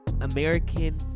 American